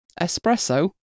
Espresso